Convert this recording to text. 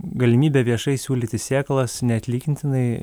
galimybę viešai siūlyti sėklas neatlygintinai